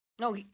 No